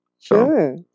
Sure